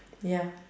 ya